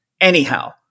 anyhow